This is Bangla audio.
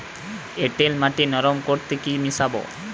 এঁটেল মাটি নরম করতে কি মিশাব?